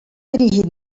dirigit